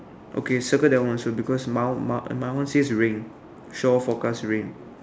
okay circle that one also because my my my one says rain shower forecast rain